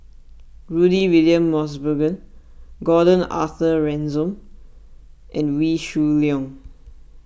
Rudy William Mosbergen Gordon Arthur Ransome and Wee Shoo Leong